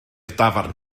dafarn